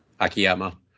Akiyama